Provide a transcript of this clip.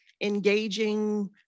engaging